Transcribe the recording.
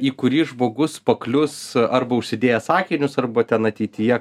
į kurį žmogus paklius arba užsidėjęs akinius arba ten ateityje